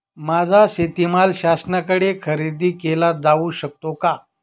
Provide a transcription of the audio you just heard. माझा शेतीमाल शासनाकडे खरेदी केला जाऊ शकतो का?